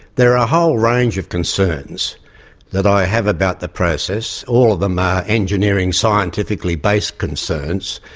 there are a whole range of concerns that i have about the process, all of them are engineering, scientifically-based concerns.